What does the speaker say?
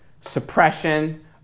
suppression